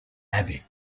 abbey